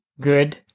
good